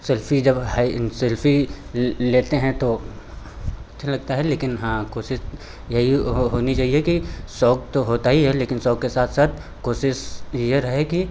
selfie जब है selfie लेते हैं तो अच्छा लगता है लेकिन हाँ कोशिश यही हो होनी चहिए कि शौक तो होता ही है लेकिन शौक के साथ साथ कोशिश ये रहे कि